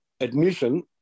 admission